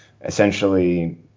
essentially